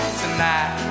tonight